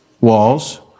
walls